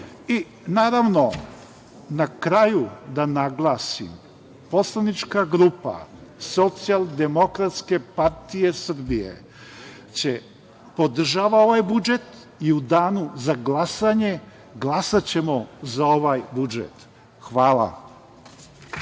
treba. Naravno, na kraju da naglasim, poslanička grupa Socijaldemokratske partije Srbije podržava ovaj budžet i u danu za glasanje glasaćemo za ovaj budžet. Hvala.